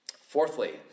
Fourthly